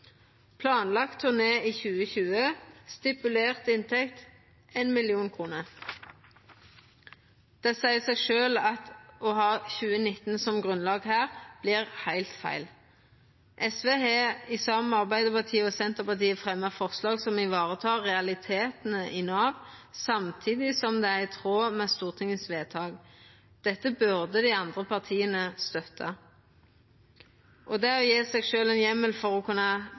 i 2020 med stipulert inntekt på 1 mill. kr. Det seier seg sjølv at å ha 2019 som grunnlag her, vert heilt feil. SV vil, saman med Arbeidarpartiet og Senterpartiet, fremja forslag som varetek realitetane i Nav samtidig som det er i tråd med stortingsvedtaket. Dette burde dei andre partia støtta. Å gje seg sjølv ein heimel for å